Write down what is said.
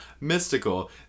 mystical